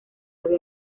había